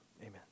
Amen